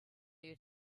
you